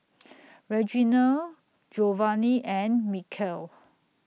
Reginal Giovanni and Mykel